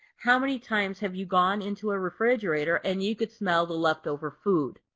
how many times have you gone into a refrigerator and you can smell the leftover food.